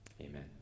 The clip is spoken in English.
Amen